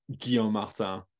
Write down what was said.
Guillaume-Martin